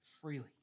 freely